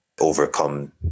overcome